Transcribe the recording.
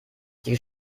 die